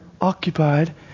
occupied